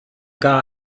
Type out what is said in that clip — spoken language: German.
gar